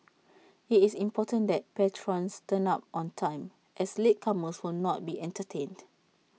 IT is important that patrons turn up on time as latecomers will not be entertained